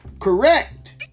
Correct